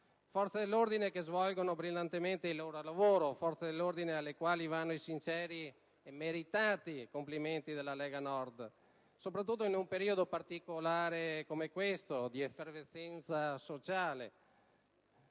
Forze dell'ordine che svolgono brillantemente il loro lavoro, alle quali vanno i sinceri e meritati complimenti della Lega Nord, soprattutto in un periodo particolare come quello che stiamo vivendo di effervescenza sociale,